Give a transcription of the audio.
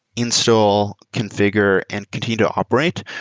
install, configure, and continue to operate,